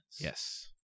yes